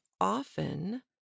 often